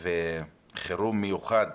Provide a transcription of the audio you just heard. חירום מיוחד